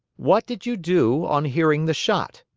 what did you do on hearing the shot?